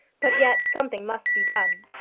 but yet something must be done.